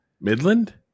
Midland